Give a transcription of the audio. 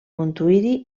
montuïri